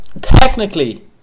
Technically